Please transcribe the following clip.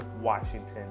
Washington